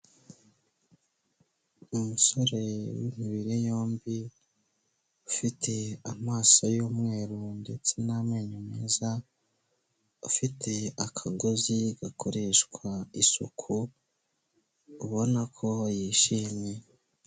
Umusore w'imibiri yombi, ufite amaso y'umweru ndetse n'amenyo meza, ufite akagozi gakoreshwa isuku, ubona ko yishimye.